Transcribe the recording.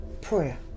prayer